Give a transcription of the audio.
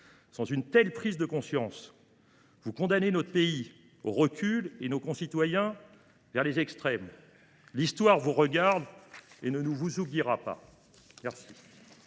Sans une telle prise de conscience, vous condamnez notre pays au recul et vous poussez nos concitoyens vers les extrêmes. L’Histoire vous regarde et ne vous oubliera pas.